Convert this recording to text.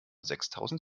sechstausend